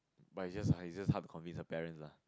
but it's just it's just hard to convince her parents lah